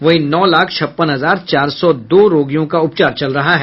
वहीं नौ लाख छप्पन हजार चार सौ दो रोगियों का उपचार चल रहा है